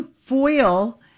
foil